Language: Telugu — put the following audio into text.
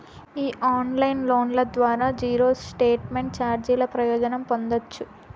ఈ ఆన్లైన్ లోన్ల ద్వారా జీరో స్టేట్మెంట్ చార్జీల ప్రయోజనం పొందచ్చు